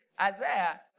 Isaiah